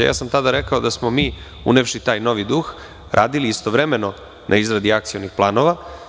Tada sam rekao da smo mi, unevši taj novi duh, radili istovremeno na izradi akcionih planova.